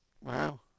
Wow